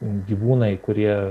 gyvūnai kurie